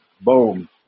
boom